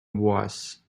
was